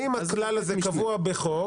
האם הכלל הזה קבוע בחוק,